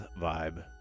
vibe